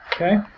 Okay